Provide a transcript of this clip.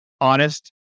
honest